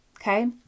Okay